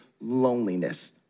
loneliness